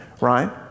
right